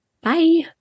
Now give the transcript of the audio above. Bye